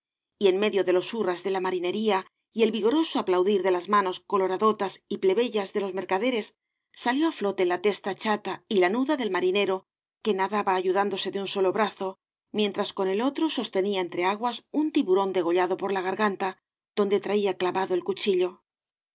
y en medio de los hurras de la marinería y el vigoroso aplaudir de las manos coloradotas y plebeyas de los mercaderes salió á flote la testa chata y lanuda del marinero que nadaba ayudándose de un solo brazo mientras con el otro sostenía ei f re aguas un tiburón degollado por la garganta donde traía clavado el cuchillo